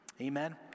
amen